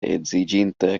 edziĝinta